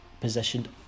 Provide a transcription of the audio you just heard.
positioned